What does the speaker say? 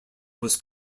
was